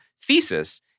thesis